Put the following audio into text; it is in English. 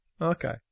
Okay